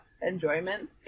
enjoyment